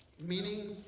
meaning